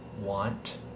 want